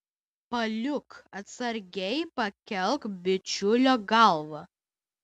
paliuk atsargiai pakelk bičiulio galvą